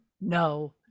no